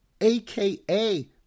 aka